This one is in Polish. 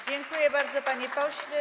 Dziękuję bardzo, panie pośle.